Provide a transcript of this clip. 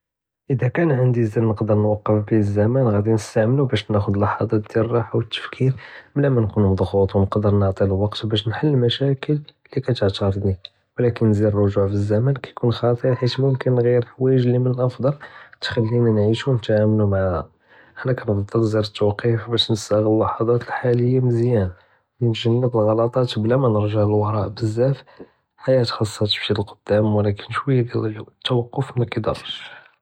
אידה קאן ענדי זר נאقف ביה אלזמן ג'אדי נסתעמלו בש ناخוד אללהז'את דיאל אלרחה ואלתפكير בלא מאנכון מדג'וט ונוקדר نعטי אלוואקט בש נחל אלמשاكل לי כיתעארדני ולקין זר רג'וע בזמן יכון חטיר חית מוכנ נג'יר חוואיג לי מן אלאפל תח'לינא נعيشו ונתעאמו מעאها, הנה כננקר זר תוקיף בש נסאל אללהז'את אלחאליה מזיאן נג'נב غلطאת בלא מא נרג'ע ללוראא בזאף חאיה חסה תמשי ללקדם ולקין שווייא דיאל אלתוקוף מאקיד'עףש.